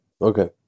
Okay